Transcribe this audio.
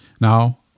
Now